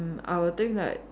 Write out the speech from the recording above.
mm I will think like